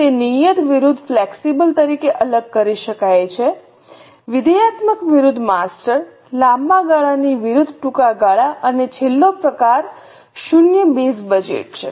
તે નિયત વિરુદ્ધ ફ્લેક્સિબલ તરીકે અલગ કરી શકાય છે વિધેયાત્મક વિરુદ્ધ માસ્ટર લાંબા ગાળાની વિરુદ્ધ ટૂંકા ગાળા અને છેલ્લો પ્રકાર શૂન્ય બેઝ બજેટ છે